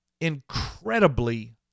incredibly